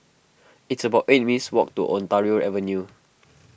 it's about eight minutes' walk to Ontario Avenue